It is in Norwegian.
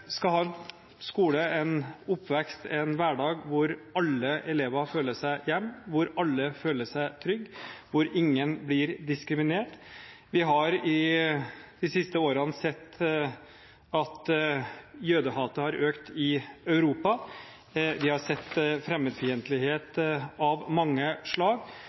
skal ha en skole, en oppvekst, en hverdag hvor alle elever føler seg hjemme, hvor alle føler seg trygge, hvor ingen blir diskriminert. Vi har i de siste årene sett at jødehatet har økt i Europa. Vi har sett fremmedfiendtlighet av mange slag,